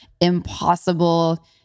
impossible